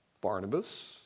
Barnabas